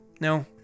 No